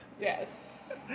Yes